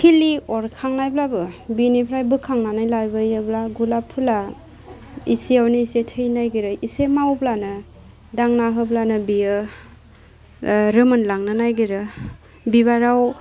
खिलि अरखांनायब्लाबो बिनिफ्राय बोखांनानै लाबोयोब्ला गुलाब फुला इसेयावनो इसे थैनो नागिरो इसे मावब्लानो दांना होब्लानो बियो ओह रोमोन लांनो नागिरो बिबाराव